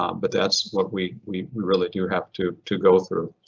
um but that's what we we really do have to to go through.